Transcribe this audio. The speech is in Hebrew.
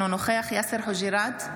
אינו נוכח יאסר חוג'יראת,